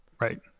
Right